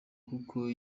kuko